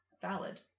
valid